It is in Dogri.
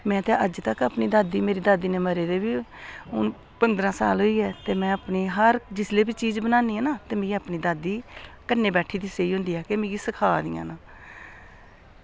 में अज्ज तक्क बी अपनी दादी ग हून मेरी दादी गी बी मरे दे पंदरां साल होई गे ते में अपनी हर जिसलै बी चीज़ बनानी आं ना मिगी अपनी दादी कन्नै बैठी द सेही होंदी ऐ ते् मिगी सखा दी ऐ